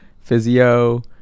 Physio